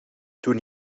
toen